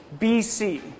BC